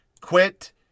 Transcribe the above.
quit